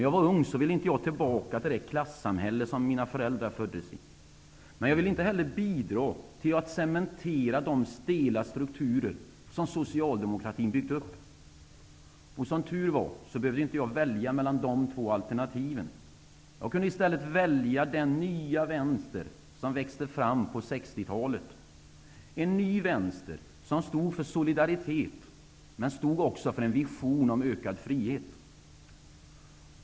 Jag ville inte tillbaka till det klassamhälle mina föräldrar föddes i, men jag ville inte heller bidra till att cementera de stela strukturer som socialdemokratin byggt upp. Som tur var behövde jag inte välja mellan dessa två alternativ. Jag kunde i stället välja den nya vänster som växte fram på 60-talet -- en ny vänster som stod för solidaritet men också för en vision om ökad frihet.